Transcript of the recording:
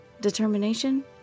Determination